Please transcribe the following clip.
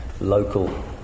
local